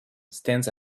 stands